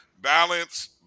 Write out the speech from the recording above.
balance